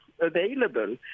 available